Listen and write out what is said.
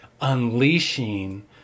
unleashing